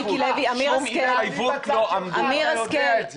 בשום התחייבות לא עמדו, אתה יודע את זה.